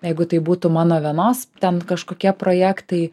jeigu tai būtų mano vienos ten kažkokie projektai